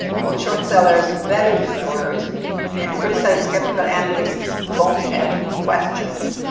called short sellers value destroyers and criticized skeptical analysts' bonehead questions.